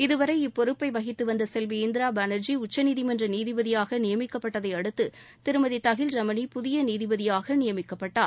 இதுவரை இப்பொறுப்பை வகித்து வந்த செல்வி இந்திரா பானர்ஜி உச்சநீதிமன்ற நீதிபதியாக நியமிக்கப்பட்டதை அடுத்து திருமதி தஹில் ரமணி புதிய நீதிபதியாக நியமிக்கப்பட்டார்